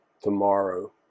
tomorrow